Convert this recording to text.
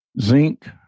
Zinc